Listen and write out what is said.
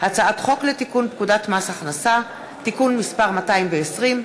הצעת חוק לתיקון פקודת מס הכנסה (מס' 220),